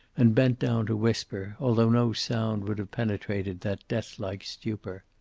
and bent down to whisper, although no sound would have penetrated that death-like stupor.